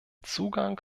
zugang